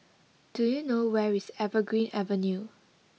do you know where is Evergreen Avenue